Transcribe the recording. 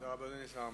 תודה, אדוני השר.